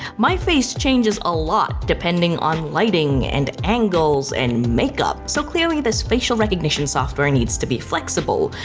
my face changes a lot depending on lighting and angles and makeup. so clearly, this facial recognition software needs to be flexible,